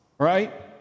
Right